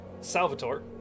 Salvatore